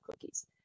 cookies